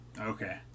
Okay